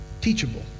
teachable